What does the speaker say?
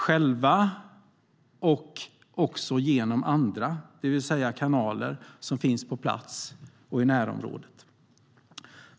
Det är viktigt att påtala dels av oss själva, dels genom de kanaler som finns på plats och i närområdet.